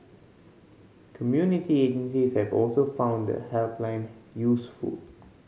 community agencies have also found the helpline useful